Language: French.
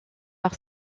par